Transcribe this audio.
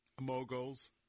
Moguls